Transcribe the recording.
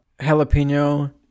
jalapeno